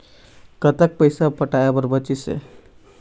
कतक पैसा पटाए बर बचीस हे?